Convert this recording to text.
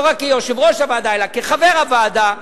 לא רק כיושב-ראש הוועדה אלא כחבר הוועדה,